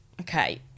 okay